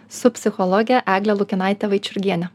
su psichologe egle lukinaite vaičiurgiene